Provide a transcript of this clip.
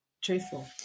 truthful